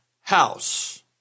house